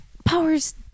powers